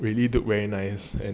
you need to wear nice